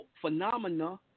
phenomena